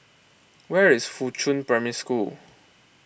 where is Fuchun Primary School